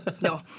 No